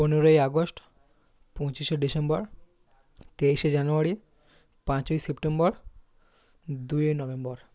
পনেরোই আগস্ট পঁচিশে ডিসেম্বর তেইশে জানুয়ারি পাঁচই সেপ্টেম্বর দুই নভেম্বর